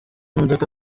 imodoka